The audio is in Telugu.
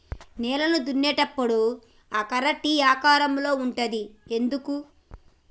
నేలను దున్నేటప్పుడు ఆ కర్ర టీ ఆకారం లో ఉంటది ఎందుకు?